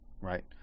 right